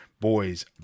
Boys